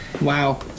Wow